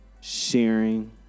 sharing